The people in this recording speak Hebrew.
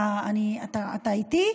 אתה איתי?